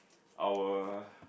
I will